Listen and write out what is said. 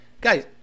Guys